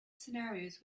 scenarios